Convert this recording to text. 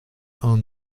own